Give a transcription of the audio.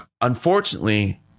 unfortunately